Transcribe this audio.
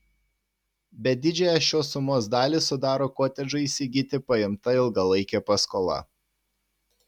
bet didžiąją šios sumos dalį sudaro kotedžui įsigyti paimta ilgalaikė paskola